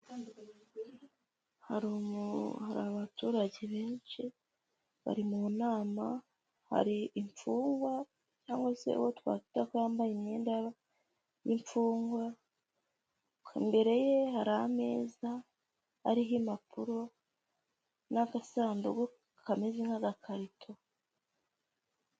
Hari abaturage benshi, bari mu nama, hari imfungwa, cyangwa se uwo twakita ko yambaye imyenda y'imfungwa, imbere ye hari ameza ariho impapuro, n'agasanduku kameze nk'agakarito.